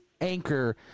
Anchor